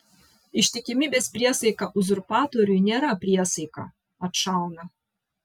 ištikimybės priesaika uzurpatoriui nėra priesaika atšauna